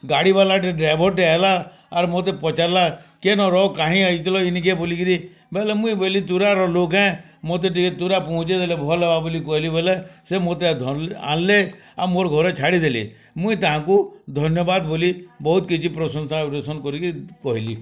ଗାଡ଼ି ବାଲାଟେ ଡ୍ରାଇଭର୍ ଟେ ଆଏଲା ଆର୍ ମୋତେ ପଚାରଲା କେନରୋ କାହିଁ ଆଇଥିଲ ଇନିକେ ବୋଲିକରି ବଇଲେ ମୁଇଁ ବଇଲି ତୁରାର ଲୋଗ୍ ଆଏଁ ମୋତେ ଟିକେ ତୁରା ପୁହଞ୍ଚେଇଦେଲେ ଭଲ୍ ହେବା ବୋଲି କହିଲି ବୋଲେ ସେ ମୋତେ ଧରଲେ ଆନଲେ ଆଉ ମୋର୍ ଘରେ ଛାଡ଼ିଦେଲେ ମୁଇଁ ତାହାକୁଁ ଧନ୍ୟବାଦ ବୋଲି ବହୁତ୍ କିଛି ପ୍ରଶଂସା ପ୍ରଶନ୍ କରି କହିଲି